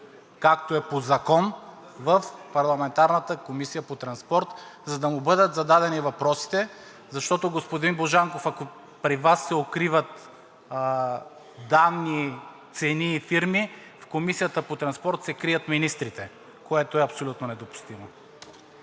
както е по закон, в парламентарната Комисия по транспорт, за да му бъдат зададени въпросите. Защото, господин Божанков, ако при Вас се укриват данни, цени и фирми, в Комисията по транспорт се крият министрите, което е абсолютно недопустимо.